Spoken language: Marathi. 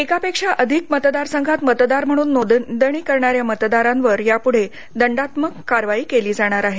एकापेक्षा अधिक मतदार संघात मतदार म्हणून नोंदणी करणाऱ्या मतदारांवर यापुढे दंडात्मक कारवाई केली जाणार आहे